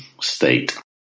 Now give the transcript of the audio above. state